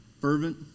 Fervent